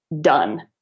done